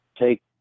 take